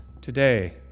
today